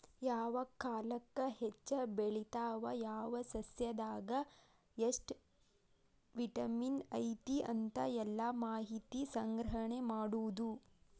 ಯಾವ ಕಾಲಕ್ಕ ಹೆಚ್ಚ ಬೆಳಿತಾವ ಯಾವ ಸಸ್ಯದಾಗ ಎಷ್ಟ ವಿಟಮಿನ್ ಐತಿ ಅಂತ ಎಲ್ಲಾ ಮಾಹಿತಿ ಸಂಗ್ರಹಣೆ ಮಾಡುದು